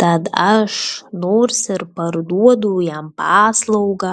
tad aš nors ir parduodu jam paslaugą